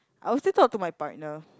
I will still talk to my partner